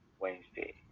Wednesday